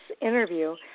interview